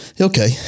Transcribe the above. Okay